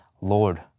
Lord